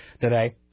today